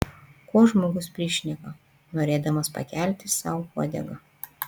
ko žmogus prišneka norėdamas pakelti sau uodegą